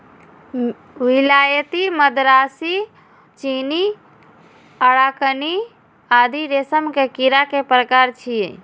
विलायती, मदरासी, चीनी, अराकानी आदि रेशम के कीड़ा के प्रकार छियै